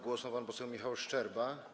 Głos ma pan poseł Michał Szczerba.